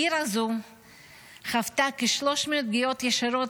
העיר הזו חוותה כ-300 פגיעות ישרות